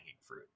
fruit